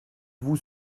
vous